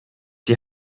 die